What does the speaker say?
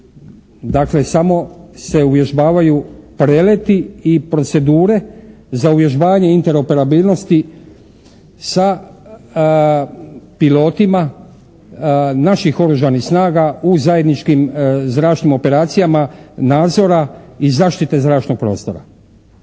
Dakle samo se uvježbavaju preleti i proceduri za uvježbavanje inter-operabilnosti sa pilotima naših Oružanih snaga u zajedničkim zračnim operacijama nadzora i zaštite zračnog prostora.